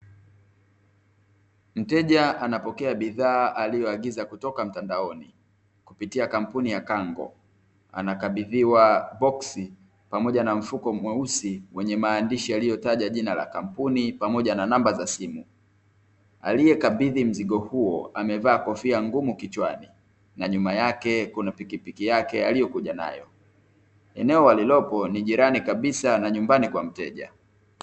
Mteja anapokea bidhaa aliyoagiza toka mtandaoni kupitia kampuni ya kango, anakabidhiwa boksi pamoja na mfuko mweusi wenye maandishi yaliyotaja jina la kampuni pamoja na namba za simu, aliyekabidhi mzigo huo amevaa kofia ngumu kichwani, na nyuma yake kuna pikipiki yake aliyokujanayo. Eneo alilopo ni jirani kabisa na nyumbani kwa mteja.